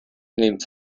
names